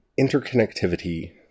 interconnectivity